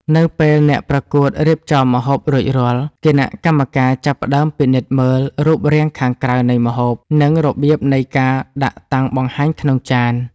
នៅពេលអ្នកប្រកួតរៀបចំម្ហូបរួចរាល់ គណៈកម្មការចាប់ផ្ដើមពិនិត្យមើលរូបរាងខាងក្រៅនៃម្ហូប និងរបៀបនៃការដាក់តាំងបង្ហាញក្នុងចាន។